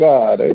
God